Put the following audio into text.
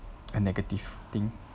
a negative thing